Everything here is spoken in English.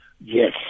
yes